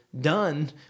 done